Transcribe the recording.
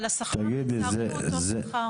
אבל, השכר הוא נשאר אותו שכר.